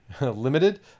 limited